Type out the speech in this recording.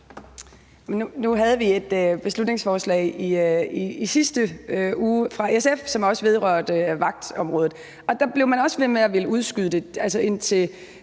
Nu havde vi et beslutningsforslag i sidste uge fra SF, som også vedrørte vagtområdet, og der blev man også ved med at ville udskyde det, altså til